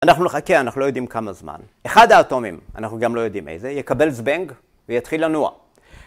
אנחנו נחכה, אנחנו לא יודעים כמה זמן. אחד האטומים, אנחנו גם לא יודעים איזה, יקבל זבנג ויתחיל לנוע.